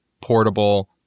portable